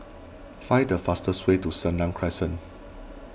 find the fastest way to Senang Crescent